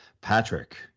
Patrick